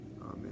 amen